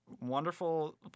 wonderful